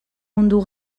mundu